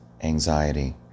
anxiety